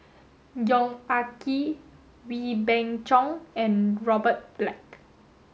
Yong Ah Kee Wee Beng Chong and Robert Black